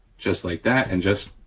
just like that, and just,